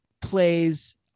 plays